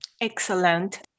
Excellent